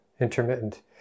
intermittent